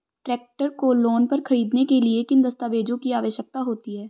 Tractor को loan पर खरीदने के लिए किन दस्तावेज़ों की आवश्यकता होती है?